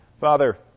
Father